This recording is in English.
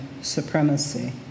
supremacy